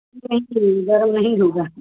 इसका चार्जर सही है ना